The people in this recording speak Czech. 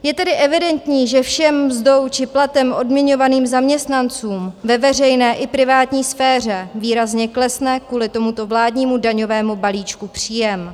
Je tedy evidentní, že všem mzdou či platem odměňovaných zaměstnancům ve veřejné i privátní sféře výrazně klesne kvůli tomuto vládnímu daňovému balíčku příjem.